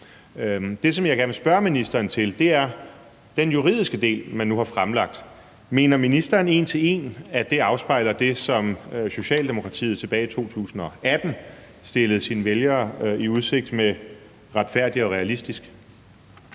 om, er: Mener ministeren, at den juridiske del, man nu har fremlagt, en til en afspejler det, som Socialdemokratiet tilbage i 2018 stillede sine vælgere i udsigt med »Retfærdig og Realistisk«?